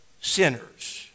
sinners